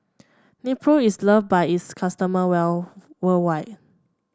Nepro is loved by its customer well worldwide